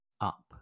up